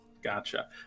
Gotcha